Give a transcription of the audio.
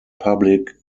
public